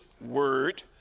word